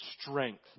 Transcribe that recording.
strength